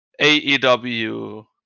AEW